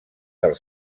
del